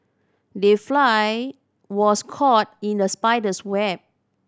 the fly was caught in the spider's web